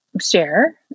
share